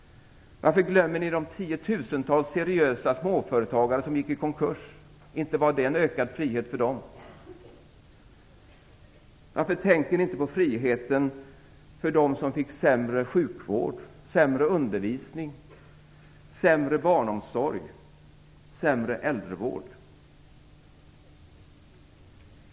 Varför glömmer ni de tiotusentals seriösa småföretagare som gick i konkurs? Inte fick de en ökad frihet. Varför tänker ni inte på friheten för dem som fick sämre sjukvård, sämre undervisning, sämre barnomsorg och sämre äldrevård?